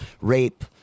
rape